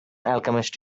alchemist